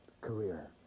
career